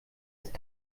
ist